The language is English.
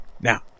now